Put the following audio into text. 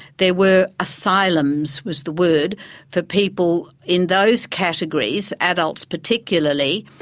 there were asylums was the word for people in those categories, adults particularly.